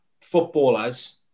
footballers